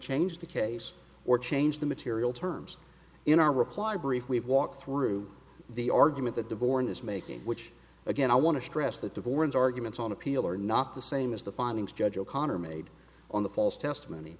changed the case or change the material terms in our reply brief we've walked through the argument the divorce is making which again i want to stress that the board's arguments on appeal are not the same as the findings judge o'connor made on the false testimony